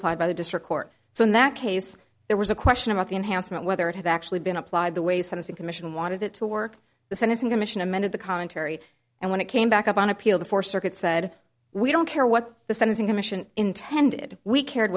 applied by the district court so in that case there was a question about the enhancement whether it had actually been applied the way some of the commission wanted it to work the sentencing commission amended the commentary and when it came back up on appeal before circuit said we don't care what the sentencing commission intended we cared